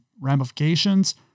ramifications